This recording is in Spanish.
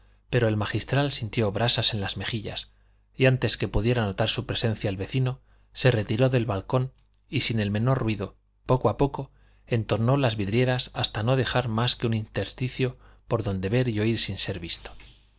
pero el magistral sintió brasas en las mejillas y antes que pudiera notar su presencia el vecino se retiró del balcón y sin el menor ruido poco a poco entornó las vidrieras hasta no dejar más que un intersticio por donde ver y oír sin ser visto